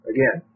Again